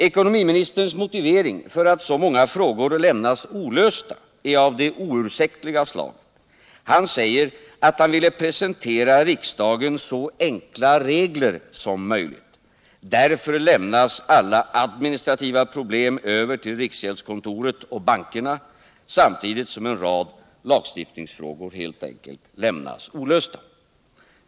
Ekonomiministerns motivering för att så många frågor lämnats olösta är av det oursäktliga slaget. Han säger att han ville presentera riksdagen så enkla regler som möjligt — därför lämnas alla administrativa problem över till riksgäldskontoret och bankerna, samtidigt som en rad lagstiftningsfrågor helt enkelt lämnas olösta.